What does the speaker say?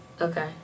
Okay